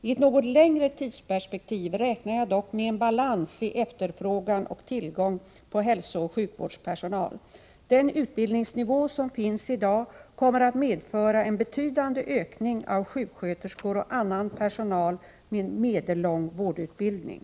I ett något längre tidsperspektiv räknar jag dock med en balans i efterfrågan och tillgång på hälsooch sjukvårdspersonal. Den utbildningsnivå som finns i dag kommer att medföra en betydande ökning av sjuksköterskor och annan personal med medellång vårdutbildning.